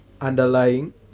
underlying